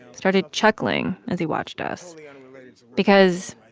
started chuckling as he watched us because,